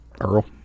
Earl